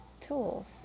tools